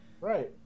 Right